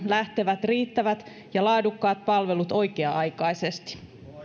lähtevät riittävät ja laadukkaat palvelut oikea aikaisesti